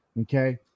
okay